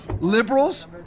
liberals